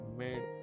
made